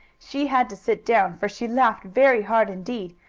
she had to sit down, for she laughed very hard indeed,